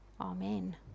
Amen